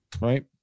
Right